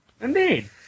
Indeed